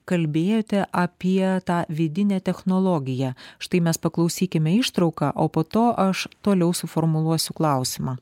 kalbėjote apie tą vidinę technologiją štai mes paklausykime ištrauką o po to aš toliau suformuluosiu klausimą